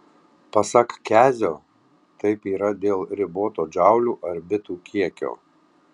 pasak kezio taip yra dėl riboto džaulių ar bitų kiekio